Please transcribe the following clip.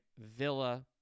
Villa